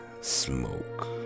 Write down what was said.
smoke